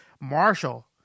marshall